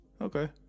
Okay